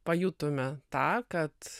pajutome tą kad